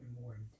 more